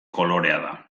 kolorea